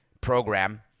program